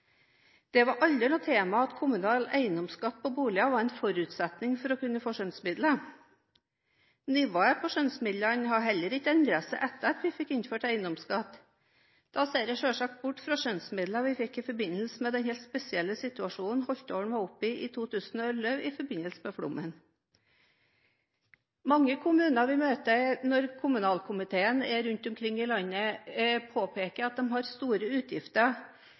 Det var aldri noe tema at kommunal eiendomsskatt på boliger var en forutsetning for å kunne få skjønnsmidler. Nivået på skjønnsmidlene har heller ikke endret seg etter at vi fikk innført eiendomsskatt. Da ser jeg selvsagt bort fra skjønnsmidler vi fikk i den helt spesielle situasjonen Holtålen var oppe i 2011 i forbindelse med flommen. Mange kommuner vi møter når kommunalkomiteen er rundt omkring i landet, påpeker at de har store utgifter